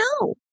no